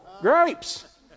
Grapes